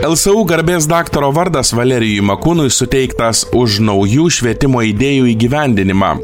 lsu garbės daktaro vardas valerijui makūnui suteiktas už naujų švietimo idėjų įgyvendinimą